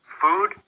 food